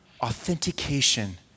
authentication